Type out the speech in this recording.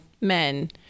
men